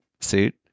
suit